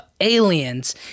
aliens